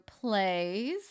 plays